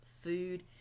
food